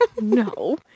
No